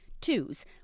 twos